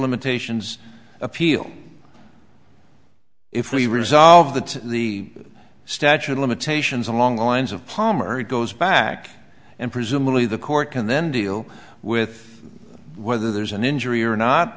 limitations appeal if we resolve that the statute of limitations on long lines of pommery goes back and presumably the court can then deal with whether there's an injury or not